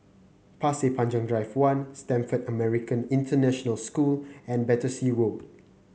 Pasir Panjang Drive One Stamford American International School and Battersea Road